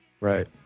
right